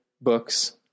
books